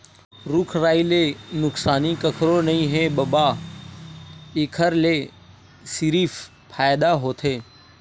रूख राई ले नुकसानी कखरो नइ हे बबा, एखर ले सिरिफ फायदा होथे